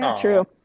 true